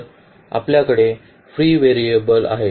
तर आपल्याकडे free variable आहे